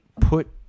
put